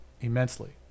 immensely